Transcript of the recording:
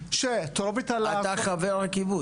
--- אתה חבר הקיבוץ?